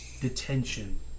detention